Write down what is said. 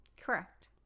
correct